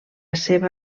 seva